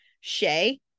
Shay